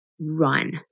run